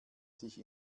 sich